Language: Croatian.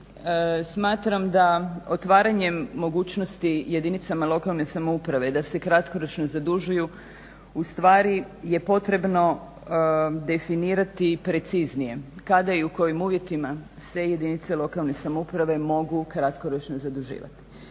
smatram da otvaranjem mogućnosti jedinicama lokalne samouprave da se kratkoročno zadužuju u stvari je potrebno definirati preciznije kada i u kojim uvjetima se jedinice lokalne samouprave mogu kratkoročno zaduživati.